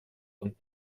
und